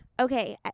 Okay